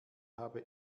habe